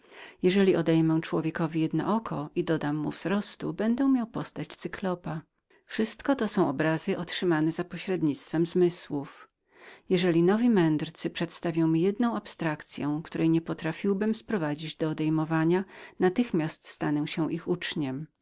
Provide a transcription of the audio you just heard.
jeżeli odejmę człowiekowi jedno oko i dodam mu wzrostu będę miał postać cyklopa wszystko to są obrazy zatrzymane za pośrednictwem zmysłów jeżeli nowi mędrcy przedstawią mi jedno oderwanie którego nie potrafię sprowadzić do odejmowania natychmiast staję się ich uczniem